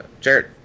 Jared